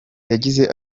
yagize